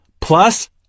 plus